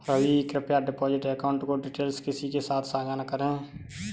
रवि, कृप्या deposit account की details किसी के साथ सांझा न करें